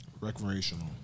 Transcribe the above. Recreational